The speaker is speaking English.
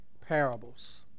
parables